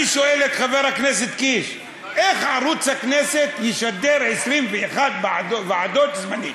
אני שואל את חבר הכנסת קיש: איך ערוץ הכנסת ישדר 21 ועדות בו-זמנית?